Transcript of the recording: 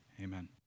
Amen